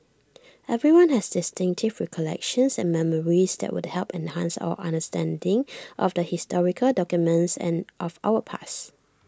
everyone has distinctive recollections and memories that would help enhance our understanding of the historical documents and of our past